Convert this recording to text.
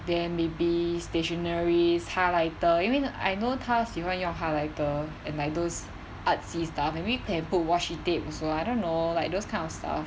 then maybe stationeries highlighter 因为 I know 她喜欢用 highlighter and like those artsy stuff maybe we can put washi tape also I don't know like those kind of stuff